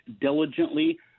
diligently